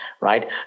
right